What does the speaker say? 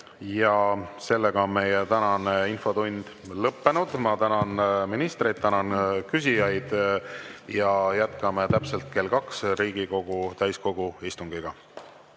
Aitäh! Meie tänane infotund on lõppenud. Ma tänan ministreid, tänan küsijaid. Ja jätkame täpselt kell 2 Riigikogu täiskogu istungiga.